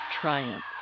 triumph